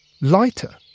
lighter